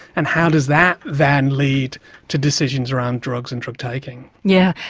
and how does that then lead to decisions around drugs and drug-taking. yeah.